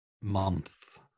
month